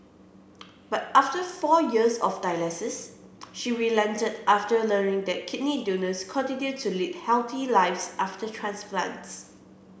but after four years of dialysis she relented after learning that kidney donors continue to lead healthy lives after transplants